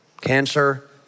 Cancer